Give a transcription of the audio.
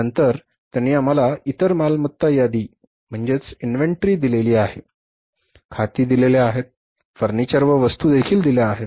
त्यानंतर त्यांनी आम्हाला इतर मालमत्ता यादी दिली आहे खाती दिली आहेत फर्निचर व वस्तू देखील दिल्या आहेत